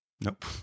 Nope